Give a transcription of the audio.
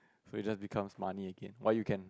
so it just becomes money again why you can